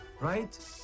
right